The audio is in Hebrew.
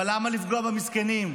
אבל למה לפגוע במסכנים?